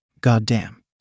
Goddamn